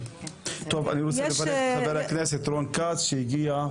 טוב, אני רוצה לברך את חבר הכנסת רון כץ שהגיע.